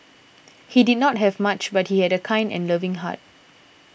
he did not have much but he had a kind and loving heart